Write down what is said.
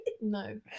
no